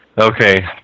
okay